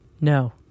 No